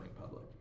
public